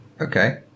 Okay